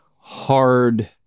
hard